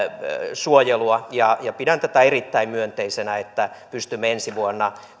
suojelua pidän tätä erittäin myönteisenä että pystymme ensi vuonna